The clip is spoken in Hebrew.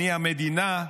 אני המדינה,